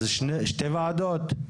אז שתי ועדות?